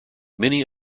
many